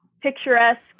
picturesque